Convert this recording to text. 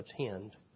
attend